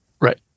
Right